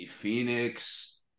Phoenix